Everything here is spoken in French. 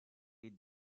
est